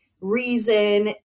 reason